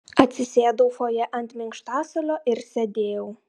atsisėdau fojė ant minkštasuolio ir sėdėjau